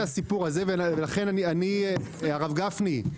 הרב גפני,